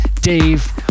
Dave